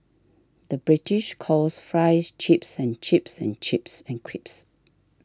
the British calls Fries Chips and chips and chips and crisps